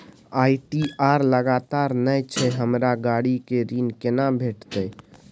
ITR लगातार नय छै हमरा गाड़ी के ऋण केना भेटतै?